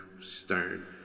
stern